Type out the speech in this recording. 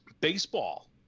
Baseball